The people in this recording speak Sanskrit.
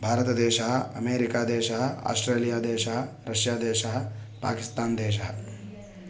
भारतदेशः अमेरिकादेशः आस्ट्रेलियादेशः रष्यादेशः पाकिस्तान् देशः